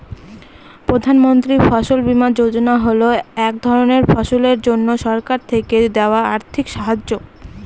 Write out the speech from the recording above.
প্রধান মন্ত্রী ফসল বীমা যোজনা হল এক ধরনের ফসলের জন্যে সরকার থেকে দেওয়া আর্থিক সাহায্য